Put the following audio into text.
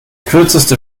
kürzeste